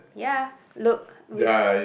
ya look we've